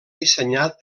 dissenyat